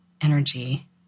energy